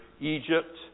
Egypt